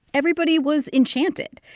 everybody was enchanted.